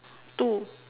two